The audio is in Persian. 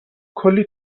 کلی